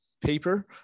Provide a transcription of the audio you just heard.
paper